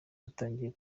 yatangiye